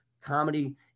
comedy